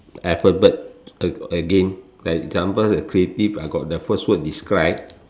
alphabet a~ again like example the creative I got the first word describe